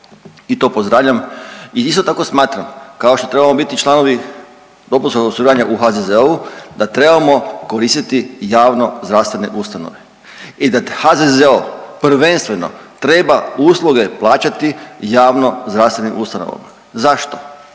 I to pozdravljam i isto tako smatram kao što trebamo biti članovi dopunskog osiguranja u HZZO-u da trebamo koristiti javnozdravstvene ustanove i da HZZO prvenstveno treba usluge plaćati javnozdravstvenim ustanovama. Zašto?